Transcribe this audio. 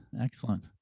Excellent